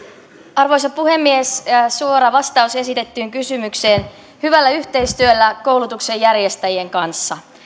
arvoisa puhemies suora vastaus esitettyyn kysymykseen hyvällä yhteistyöllä koulutuksen järjestäjien kanssa